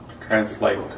translate